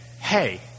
hey